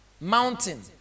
Mountain